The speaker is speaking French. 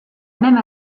même